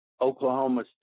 Oklahoma